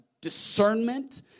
discernment